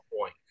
point